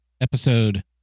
episode